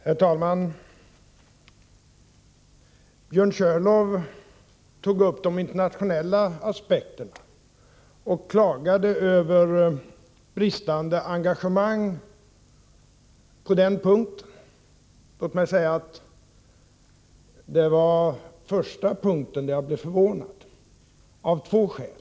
Herr talman! Björn Körlof tog upp de internationella aspekterna och klagade över brist på engagemang på den punkten. Låt mig säga att det var den första punkten där jag blev förvånad, och det av två skäl.